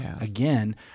Again